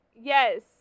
yes